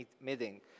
meeting